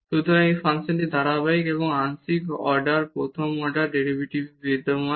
সুতরাং এই ফাংশনটি ধারাবাহিক এবং আংশিক প্রথম অর্ডার ডেরিভেটিভস বিদ্যমান